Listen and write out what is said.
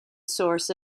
source